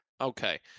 okay